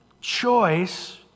choice